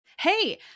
Hey